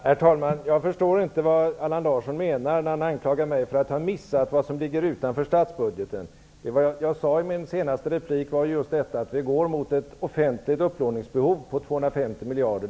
Herr talman! Jag förstår inte vad Allan Larsson menar, när han anklagar mig för att ha missat vad som ligger utanför statsbudgeten. Jag sade i min senaste replik just detta att vi går mot ett offentligt upplåningsbehov på 250 miljarder.